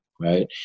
right